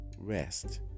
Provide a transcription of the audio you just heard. rest